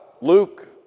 Luke